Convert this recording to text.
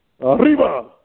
Arriba